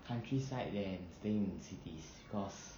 countryside than staying cities cause